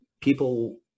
people